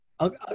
Okay